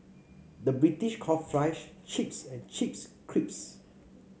the British calls fries chips and chips crisps